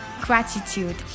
gratitude